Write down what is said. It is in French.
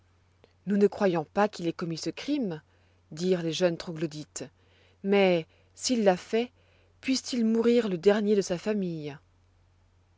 nous ne croyons pas qu'il ait commis ce crime dirent les jeunes troglodytes mais s'il l'a fait puisse-t-il mourir le dernier de sa famille